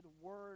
Word